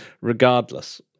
regardless